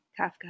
Kafka